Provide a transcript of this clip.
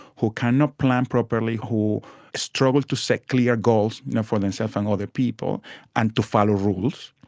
who cannot plan properly, who struggle to set clear goals you know for themselves and other people and to follow rules.